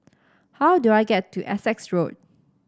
how do I get to Essex Road